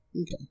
Okay